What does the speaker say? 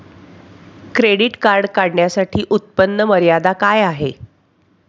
Credit card काढण्यासाठी उत्पन्न मर्यादा काय आहे?